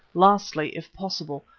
lastly, if possible,